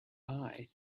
eye